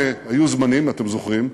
היו זמנים, אתם זוכרים,